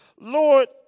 Lord